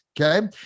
okay